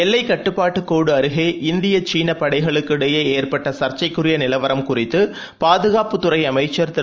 எல்லைக் கட்டுப்பாடு கோடு அருகே இந்திய சீன படைகளுக்கிடையே ஏற்பட்ட சர்ச்சைக்குரிய நிலவரம் கருத்து பாதுகாப்புத் துறை அமைச்சர் திரு